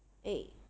eh